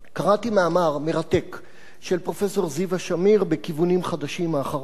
קראתי מאמר מרתק של פרופסור אמריטוס זיוה שמיר ב"כיוונים חדשים" האחרון.